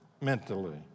mentally